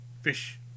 fish